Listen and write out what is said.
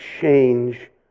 change